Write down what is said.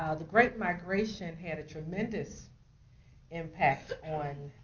the great migration had a tremendous impact on